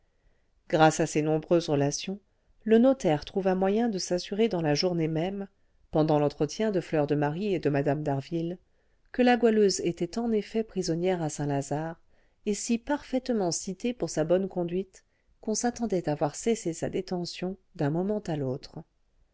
grâce à ses nombreuses relations le notaire trouva moyen de s'assurer dans la journée même pendant l'entretien de fleur de marie et de mme d'harville que la goualeuse était en effet prisonnière à saint-lazare et si parfaitement citée pour sa bonne conduite qu'on s'attendait à voir cesser sa détention d'un moment à l'autre